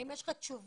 האם יש לך תשובה?